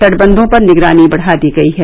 तटबंधों पर निगरानी बढ़ा दी गयी है